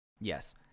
Yes